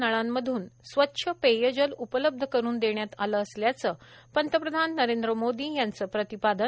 नळांमधून स्वछ पेयजल उपलब्ध करून देण्यात आले असल्याचं पंतप्रधान नरेंद्र मोदी यांचं प्रतिपादन